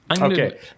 Okay